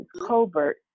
covert